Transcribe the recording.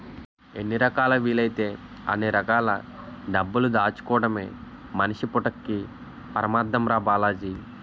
ఎన్ని రకాలా వీలైతే అన్ని రకాల డబ్బులు దాచుకోడమే మనిషి పుట్టక్కి పరమాద్దం రా బాలాజీ